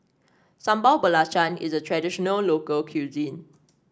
Sambal Belacan is a traditional local cuisine